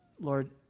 lord